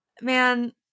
Man